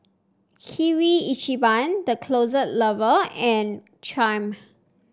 Kirin Ichiban The Closet Lover and Triumph